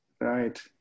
right